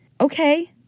Okay